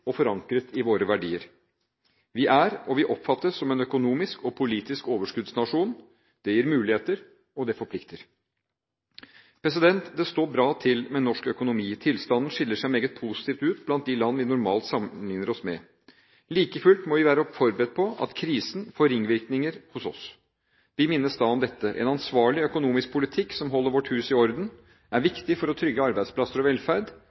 og forankret i våre verdier. Vi er og vi oppfattes som en økonomisk og politisk overskuddsnasjon. Det gir muligheter. Og det forplikter. Det står bra til med norsk økonomi. Tilstanden skiller seg meget positivt ut blant de land vi normalt sammenligner oss med. Like fullt må vi være forberedt på at krisen får ringvirkninger hos oss. Vi minnes da om dette: En ansvarlig økonomisk politikk som holder vårt hus i orden, er viktig for trygge arbeidsplasser og velferd